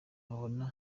abona